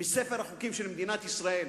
מספר החוקים של מדינת ישראל.